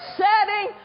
setting